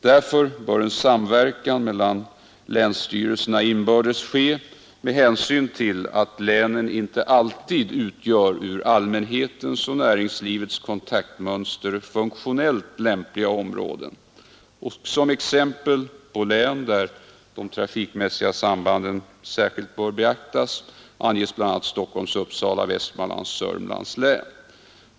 Därför bör en samverkan mellan länsstyrelserna inbördes ske med hänsyn till att länen inte alltid utgör ur allmänhetens och näringslivets kontaktmönster funktionellt lämpliga områden. Som exempel på län, där de trafikmässiga sambanden särskilt bör beaktas, anges bl.a. Stockholms, Uppsala, Västmanlands och Södermanlands län.